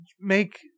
Make